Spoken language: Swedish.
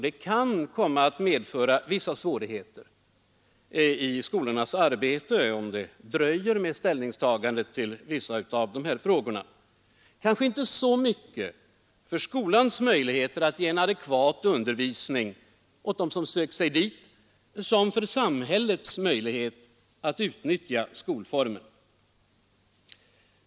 Det kan komma att medföra svårigheter i skolornas arbete, om vissa ställningstaganden dröjer, kanske inte så mycket för skolans möjligheter att ge en adekvat undervisning åt dem som sökt sig dit som för samhällets möjligheter att utnyttja skolformen.